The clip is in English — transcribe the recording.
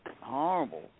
horrible